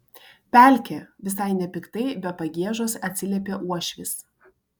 pelkė visai nepiktai be pagiežos atsiliepė uošvis